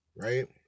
right